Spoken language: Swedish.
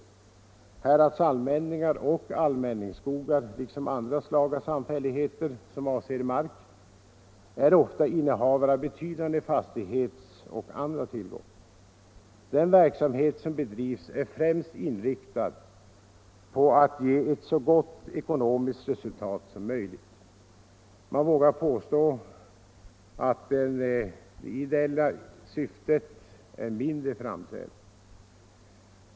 Dessa hä radsallmänningar och allmänningsskogar liksom andra slag av samfälligheter som avser mark är ofta innehavare av betydande fastighetsoch andra tillgångar. Den verksamhet som bedrivs är främst inriktad på att ge ett så gott ekonomiskt resultat som möjligt. Man vågar påstå att det ideella syftet är mindre framträdande.